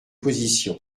position